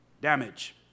damage